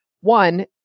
one